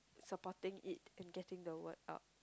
supporting it and getting the word out